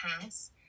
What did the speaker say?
pass